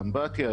באמבטיה,